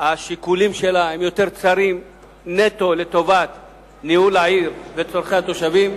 השיקולים שלה הם יותר צרים נטו לטובת ניהול העיר וצורכי התושבים.